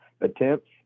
attempts